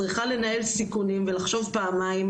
צריכה לנהל סיכונים ולחשוב פעמיים,